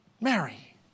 Mary